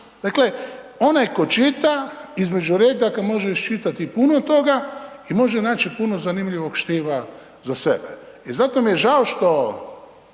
Dakle, onaj tko čita između redaka, može iščitati puno toga i može naći puno zanimljivog štiva za sebe. I zato mi je žao što